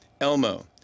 Elmo